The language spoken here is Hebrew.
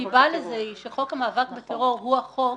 הסיבה לזה היא שחוק המאבק בטרור הוא החוק